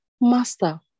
Master